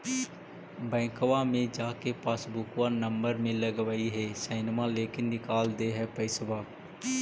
बैंकवा मे जा के पासबुकवा नम्बर मे लगवहिऐ सैनवा लेके निकाल दे है पैसवा?